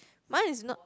mine is not